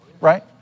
Right